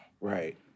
Right